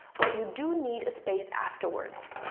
but you do need a space afterwards.